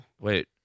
Wait